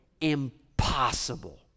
impossible